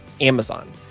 Amazon